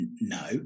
no